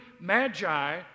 magi